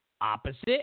opposite